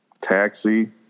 Taxi